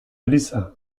eliza